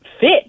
fit